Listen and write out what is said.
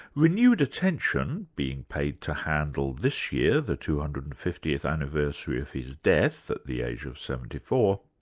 renewed attention being paid to handel this year, the two hundred and fiftieth anniversary of his death at the age of seventy four,